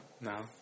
no